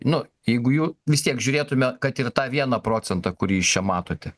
nu jeigu jų vis tiek žiūrėtume kad ir tą vieną procentą kurį jūs čia matote